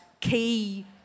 key